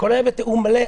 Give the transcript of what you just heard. הכול היה התיאום מלא.